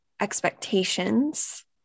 expectations